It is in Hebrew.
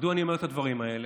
מדוע אני אומר את הדברים האלה?